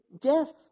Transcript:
death